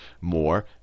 more